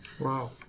Wow